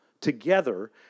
together